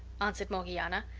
answered morgiana.